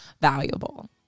valuable